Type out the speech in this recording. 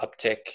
uptick